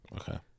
Okay